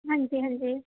ਹਾਂਜੀ ਹਾਂਜੀ